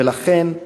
לכן,